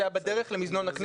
זה היה בדרך למזנון הכנסת.